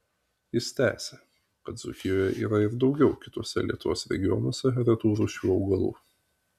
jis tęsia kad dzūkijoje yra ir daugiau kituose lietuvos regionuose retų rūšių augalų